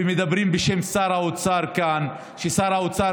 ומדברים בשם שר האוצר כאן ואומרים שהוא